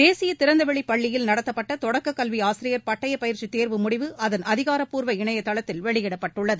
தேசிய திறந்தவெளிப் பள்ளியால் நடத்தப்பட்ட தொடக்கக் கல்வி ஆசிரியர் பட்டயப் பயிற்சி தேர்வு முடிவு அதன் அதிகாரப்பூர்வ இணைய தளத்தில் வெளியிடப்பட்டுள்ளது